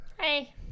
Hey